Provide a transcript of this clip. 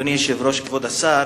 אדוני היושב-ראש, כבוד השר,